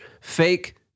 fake